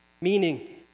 meaning